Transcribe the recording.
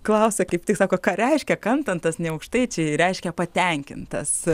klausia kaip tik sako ką reiškia kantantas ne aukštaičiai reiškia patenkintas